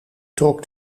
trok